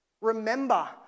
Remember